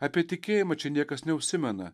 apie tikėjimą čia niekas neužsimena